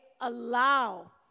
allow